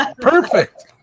Perfect